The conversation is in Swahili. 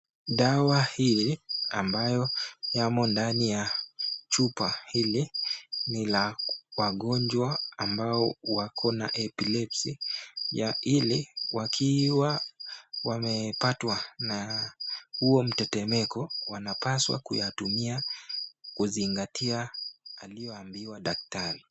Dawa hii ambayo yamo ndani ya chupa hili ni la wagonjwa ambao wako na epilepsy ya ili wakiwa wamepatwa na huo mtetemeko wanapaswa kuyatumia kuzingatia aliyoambiwa daktari.